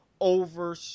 over